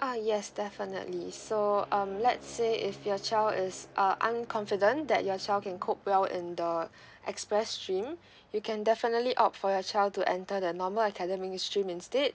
ah yes definitely so um let's say if your child is uh unconfident that your child can cope well in the express stream you can definitely opt for your child to enter the normal academic stream instead